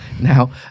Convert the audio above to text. now